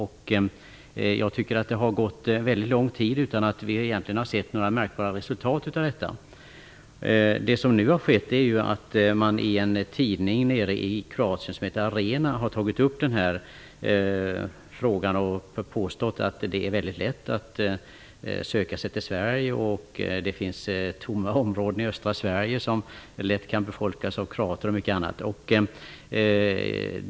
Det har gått lång tid utan att vi egentligen har sett några märkbara resultat. Nu har en tidning nere i Kroatien, som heter Arena, tagit upp frågan. Tidningen påstår bl.a. att det är mycket lätt att söka sig till Sverige och att det finns tomma områden i östra Sverige som kan befolkas av kroater.